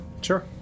sure